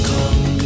Come